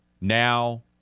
Now